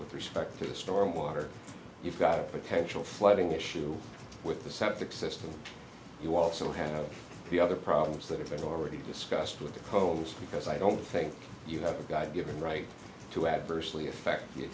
with respect to the storm water you've got a potential flooding issue with the septic system you also have the other problems that are already discussed with the coast because i don't think you have a god given right to adversely affect